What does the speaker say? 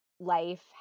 Life